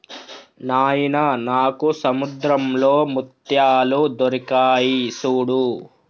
నాయిన నాకు సముద్రంలో ముత్యాలు దొరికాయి సూడు